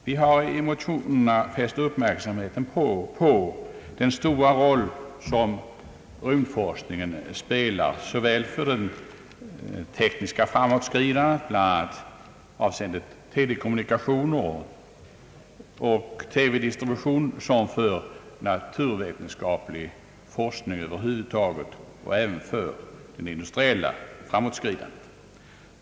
Vi har i motionerna fäst uppmärksamheten på den stora roll som rymdforskningen spelar såväl för det tekniska framåtskridandet — bl.a. avseende telekommunikationer och TV-distribution — som för naturvetenskaplig forskning över huvud taget och även för det industriella framåtskridandet.